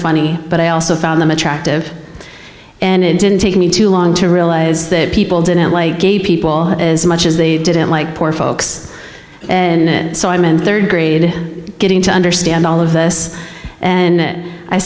funny but i also found them attractive and it didn't take me too long to realize that people didn't like gay people as much as they didn't like poor folks and so i meant rd grade getting to understand all of this and